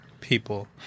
people